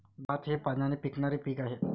भात हे पाण्याने पिकणारे पीक आहे